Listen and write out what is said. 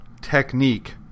technique